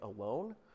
alone